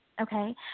Okay